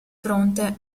fronte